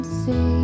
see